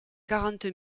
quarante